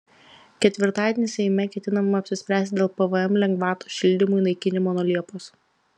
ketvirtadienį seime ketinama apsispręsti dėl pvm lengvatos šildymui naikinimo nuo liepos